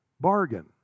bargain